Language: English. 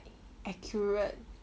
accurate